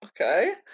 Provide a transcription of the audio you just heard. Okay